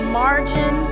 margin